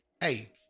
Hey